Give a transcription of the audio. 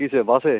কীসে বাসে